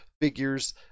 figures